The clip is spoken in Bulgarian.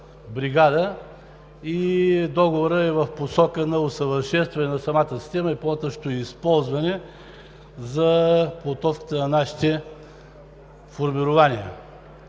бригада. Договорът е в посока на усъвършенстване на самата система и по-нататъшното ѝ използване за подготовката на нашите формирования.